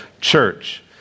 church